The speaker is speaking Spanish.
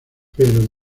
pero